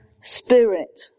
spirit